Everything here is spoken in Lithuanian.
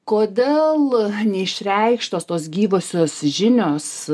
kodėl neišreikštos tos gyvosios žinios